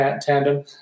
tandem